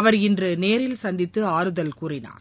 அவர் இன்று நேரில் சந்தித்து ஆறுதல் கூறினார்